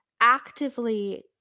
actively